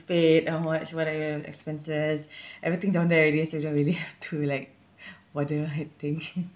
paid how much what are your expenses everything down there is it you don't really to like bother I think